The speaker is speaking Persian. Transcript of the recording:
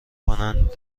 کنند